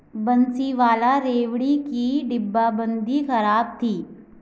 बंसीवाला रबड़ी की डिब्बाबंदी खराब थी